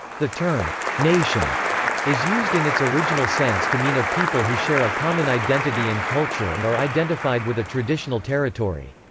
the term nation is used in its original sense to mean a people who share a common identity and culture and are identified with a traditional territory.